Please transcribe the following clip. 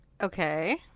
okay